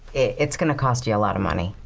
it's going to cost you a lot of money.